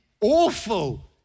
awful